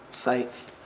sites